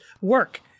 work